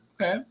Okay